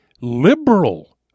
liberal